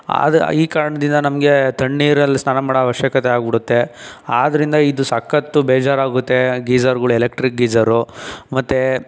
ಆದ ಈ ಕಾರಣದಿಂದ ನಮಗೆ ತಣ್ಣೀರಲ್ಲಿ ಸ್ನಾನ ಮಾಡೋ ಅವಶ್ಯಕತೆ ಆಗ್ಬಿಡುತ್ತೆ ಆದ್ರಿಂದ ಇದು ಸಕ್ಕತ್ತು ಬೇಜಾರಾಗುತ್ತೆ ಗೀಜರುಗಳು ಎಲೆಕ್ಟ್ರಿಕ್ ಗೀಜರು ಮತ್ತೆ